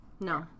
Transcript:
No